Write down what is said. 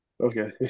Okay